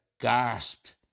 gasped